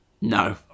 No